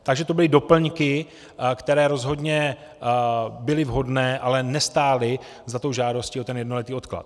Takže to byly doplňky, které rozhodně byly vhodné, ale nestály za tou žádostí o jednoletý odklad.